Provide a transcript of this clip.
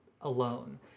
alone